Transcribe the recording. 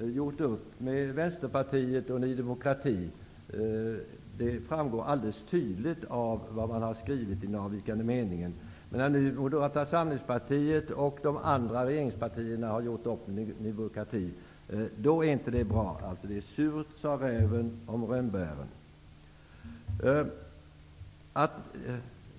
gjort upp med Vänsterpartiet och Ny demokrati. Det framgår alldeles tydligt av vad man har skrivit i den avvikande meningen. Moderata samlingspartiet och de andra regeringspartierna har nu gjort upp med Ny demokrati, och det tycker man inte är bra. Surt sa räven om rönnbären.